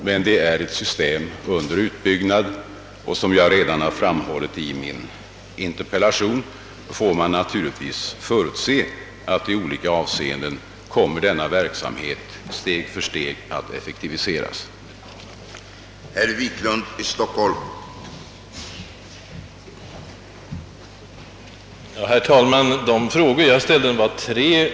Men det är ett system under utbyggnad, och som jag framhållit i mitt interpellationssvar får man naturligtvis förutse att verksamheten steg för steg kommer att effektiviseras i olika avseenden.